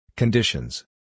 Conditions